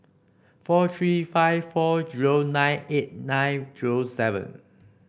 four three five four zero nine eight nine zero seven